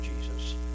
Jesus